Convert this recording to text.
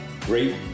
great